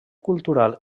cultural